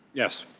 yes.